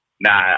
Nah